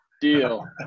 Deal